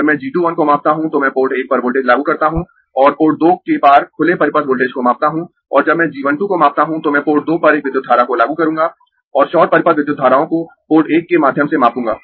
जब मैं g 2 1 को मापता हूं तो मैं पोर्ट एक पर वोल्टेज लागू करता हूं और पोर्ट दो के पार खुले परिपथ वोल्टेज को मापता हूं और जब मैं g 1 2 को मापता हूं तो मैं पोर्ट दो पर एक विद्युत धारा को लागू करूंगा और शॉर्ट परिपथ विद्युत धाराओं को पोर्ट एक के माध्यम से मापूंगा